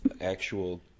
actual